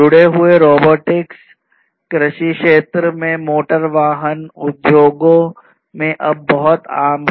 जुड़े हुए रोबोटिक्स कृषि क्षेत्रों में मोटर वाहन उद्योगों में अब बहुत आम है